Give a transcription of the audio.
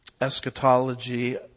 eschatology